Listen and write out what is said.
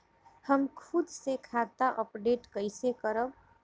हम खुद से खाता अपडेट कइसे करब?